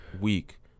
week